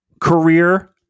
career